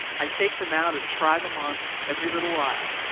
i take them out and try them on every little while.